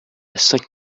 cinq